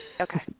Okay